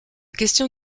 question